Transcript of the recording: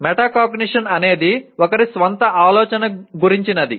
metacognition అనేది ఒకరి స్వంత ఆలోచన గురించినది